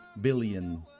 Billion